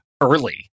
early